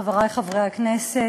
חברי חברי הכנסת,